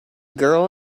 girl